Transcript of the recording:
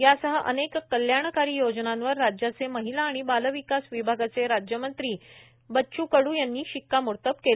यांसह अनेक कल्याणकारी योजनांवर राज्याचे महिला आणि बाल विकास विभागाचे राज्यमंत्री बच्च कइ यांनी शिक्कामोर्तब केले